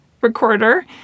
recorder